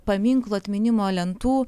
paminklų atminimo lentų